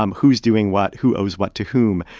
um who's doing what, who owes what to whom,